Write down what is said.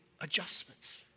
adjustments